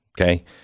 okay